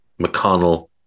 McConnell